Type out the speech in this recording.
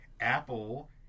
Apple